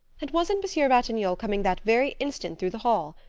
and wasn't monsieur ratignolle coming that very instant through the hall?